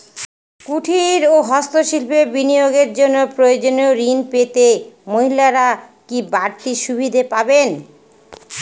কুটীর ও হস্ত শিল্পে বিনিয়োগের জন্য প্রয়োজনীয় ঋণ পেতে মহিলারা কি বাড়তি সুবিধে পাবেন?